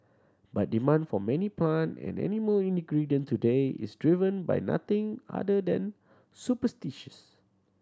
but demand for many plant and animal ingredient today is driven by nothing other than superstitions